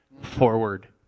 forward